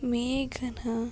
ಮೇಘನ